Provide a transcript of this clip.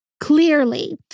Clearly